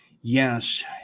Yes